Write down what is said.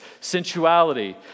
sensuality